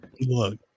Look